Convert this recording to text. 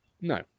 No